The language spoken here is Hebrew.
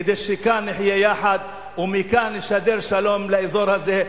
כדי שכאן נחיה יחד ומכאן נשדר שלום לאזור הזה,